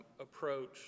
approach